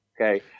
Okay